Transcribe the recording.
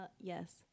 yes